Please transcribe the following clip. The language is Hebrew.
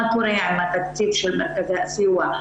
מה קורה עם התקציב של מרכזי הסיוע,